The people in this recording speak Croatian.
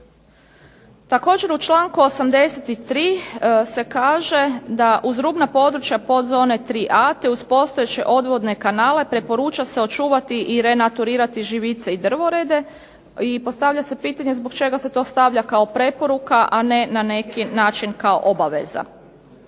Također u članku 83. se kaže da uz rubna područja podzone 3a, te uz postojeće odvodne kanala preporuča se očuvati i renaturirati živice i drvorede, postavlja se pitanje zašto se to postavlja kao preporuka a ne na neki način kao obaveza.